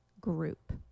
group